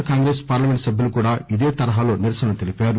are Congress parliament సభ్యులు కూడా ఇదే తరహాలో నిరసనలు తెలిపారు